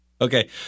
Okay